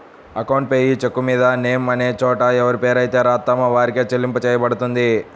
account payee చెక్కుమీద name అనే చోట ఎవరిపేరైతే రాత్తామో వారికే చెల్లింపు చెయ్యబడుతుంది